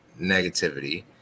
negativity